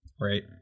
Right